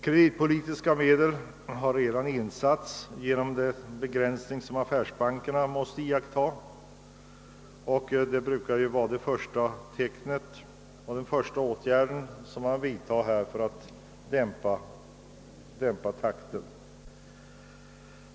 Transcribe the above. Kreditpolitiska medel har redan insatts genom den begränsning som affärsbankerna måste iaktta — detta brukar vara den första åtgärd som man vidtar för att dämpa takten.